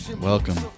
welcome